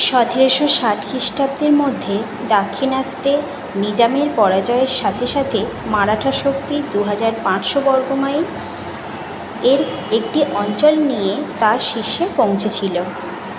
সতেরোশো ষাট খ্রিস্টাব্দের মধ্যে দাক্ষিণাত্যে নিজামের পরাজয়ের সাথে সাথে মারাঠা শক্তি দু হাজার পাঁচশো বর্গ মাইল এর একটি অঞ্চল নিয়ে তার শীর্ষে পৌঁছেছিল